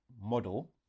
model